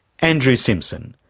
andrew simpson,